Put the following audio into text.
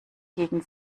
gegen